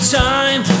time